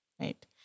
right